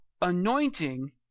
Anointing